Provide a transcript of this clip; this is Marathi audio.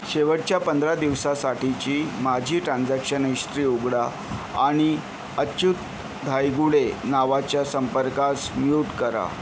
शेवटच्या पंधरा दिवसासाठीची माझी ट्रान्जॅक्शन हिश्ट्री उघडा आणि अच्युत धायगुडे नावाच्या संपर्कास म्यूट करा